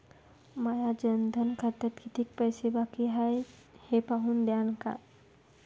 माया जनधन खात्यात कितीक पैसे बाकी हाय हे पाहून द्यान का?